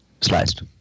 Sliced